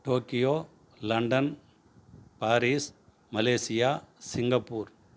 Tokyo London Paris Malaysia Singapore